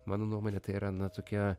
mano nuomone tai yra na tokia